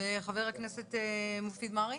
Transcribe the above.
חבר הכנסת מופיד מרעי.